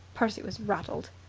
percy was rattled.